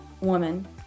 woman